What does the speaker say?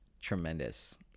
tremendous